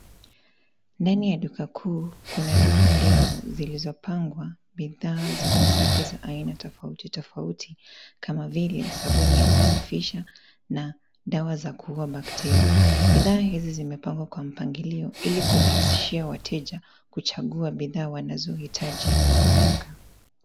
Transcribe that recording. Ndani ya duka kuu, kuna rafu ndefu zilizopangwa bidhaa za usafi za aina tofautitofauti, kama vile, sabuni ya kusafisha na dawa za kuua bakteria. Bidhaa hizi zimepangwa kwa mpangilio ili ruhahisishia wateja kuchagua bidhaa wanazohitaji kwa haraka.